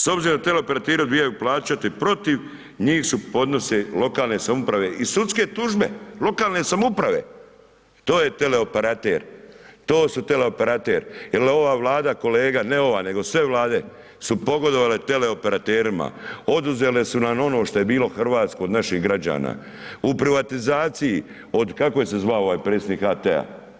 S obzirom da teleoperateri odbijaju plaćati, protiv njih su podnose lokalne samouprave i sudske tužbe, lokalne samouprave, to je teleoperater, to su teleoperater, jel ova Vlada kolega, ne ova, nego sve Vlade su pogodovale teleoperaterima, oduzele su nam ono što je bilo hrvatsko od naših građana u privatizaciji od, kako se je zvao ovaj predsjednik HT-